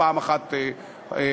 פעם אחת שבוע,